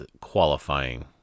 qualifying